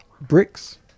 Bricks